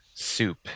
Soup